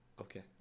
Okay